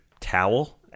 towel